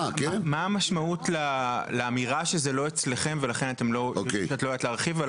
מה המשמעות לאמירה שזה לא אצלכם ולכן את לא יודעת להרחיב עליו,